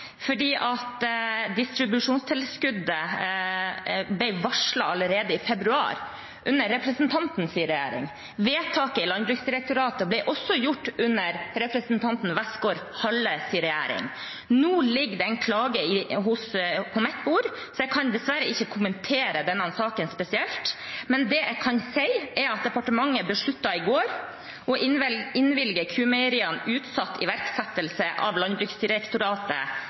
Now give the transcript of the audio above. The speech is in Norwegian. allerede i februar, under representantens regjering. Vedtaket i Landbruksdirektoratet ble også gjort under representanten Westgaard-Halles regjering. Nå ligger det en klage på mitt bord, så jeg kan dessverre ikke kommentere denne saken spesielt. Men det jeg kan si, er at departementet i går besluttet å innvilge Q-Meieriene utsatt iverksettelse av